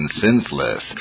senseless